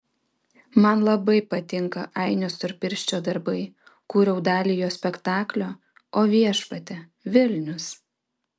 man labai patinka ainio storpirščio darbai kūriau dalį jo spektaklio o viešpatie vilnius